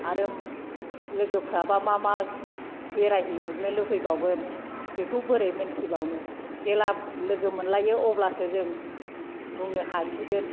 आरो लोगोफ्राबा मा मा बेरायहैनो लुगैबावगोन बेखौ बोरै मोनथिबावनो जेला लोगो मोनलायो अब्लासो जों बुंनो हासिगोन